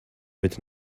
mit